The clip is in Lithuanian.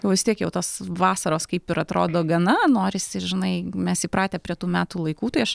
vis tiek jau tos vasaros kaip ir atrodo gana norisi žinai mes įpratę prie tų metų laikų tai aš